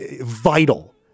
vital